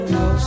no